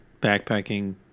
backpacking